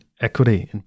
equity